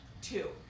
two